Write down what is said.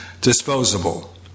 disposable